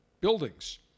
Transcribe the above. buildings